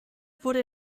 wurde